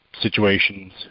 situations